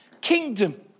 kingdom